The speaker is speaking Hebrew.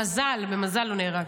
במזל, במזל לא נהרגתי.